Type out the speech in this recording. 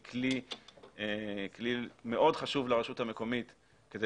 היא כלי מאוד חשוב לרשות המקומית גם כדי